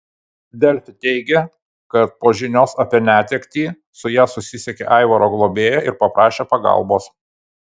delfi teigė kad po žinios apie netektį su ja susisiekė aivaro globėja ir paprašė pagalbos